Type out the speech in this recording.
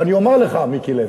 אני אומר לך, מיקי לוי,